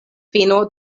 fino